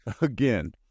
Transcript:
again